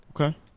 Okay